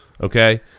okay